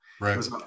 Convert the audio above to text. right